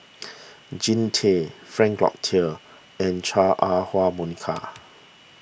Jean Tay Frank Cloutier and Chua Ah